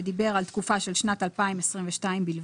שדיבר על תקופה של שנת 2022 בלבד.